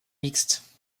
mixte